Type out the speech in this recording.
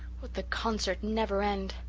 would the concert never end!